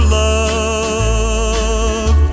love